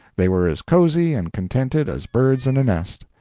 they were as cozy and contented as birds in a nest.